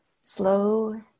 Slow